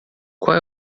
qual